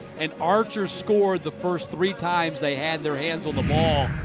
and archer scored the first three times they had their hands on the ball.